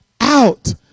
out